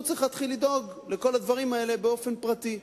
והוא צריך להתחיל לדאוג לכל הדברים האלה באופן פרטי.